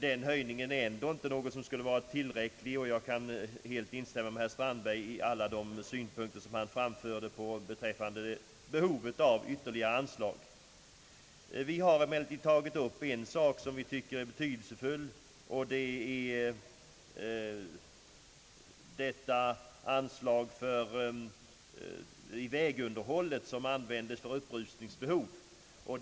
Den höjningen skulle ändå inte vara tillräcklig, och jag kan helt instämma i alla de synpunkter som herr Strandberg an Vi har emellertid tagit upp en sak som vi tycker är betydelsefull, och det är anslaget för upprustning av vägarna.